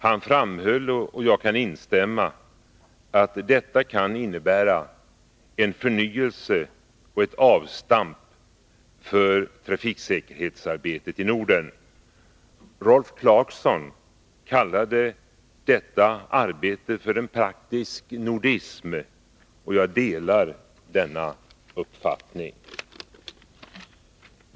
Han framhöll — och jag kan instämma i det — att detta kan innebära en förnyelse och ett avstamp för trafiksäkerhetsarbetet i Norden. Rolf Clarkson kallade detta arbete för en praktisk nordism, och jag delar denna uppfattning.